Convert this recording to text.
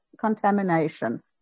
contamination